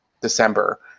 December